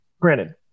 granted